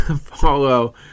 follow